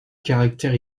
caractère